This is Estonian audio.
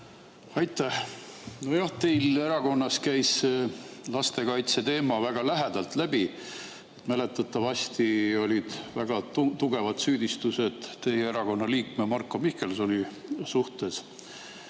Aitäh! Nojah, teil erakonnas käis lastekaitseteema väga lähedalt läbi. Mäletatavasti olid väga tugevad süüdistused teie erakonna liikme Marko Mihkelsoni vastu.